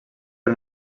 per